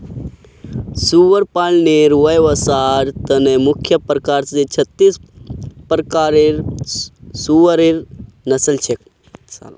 सुअर पालनेर व्यवसायर त न मुख्य रूप स छत्तीस प्रकारेर सुअरेर नस्ल छेक